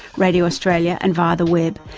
radio australia and via the web,